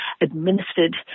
administered